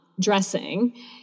dressing